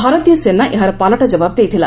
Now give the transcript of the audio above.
ଭାରତୀୟ ସେନା ଏହାର ପାଲଟା ଜବାବ ଦେଇଥିଲା